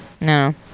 No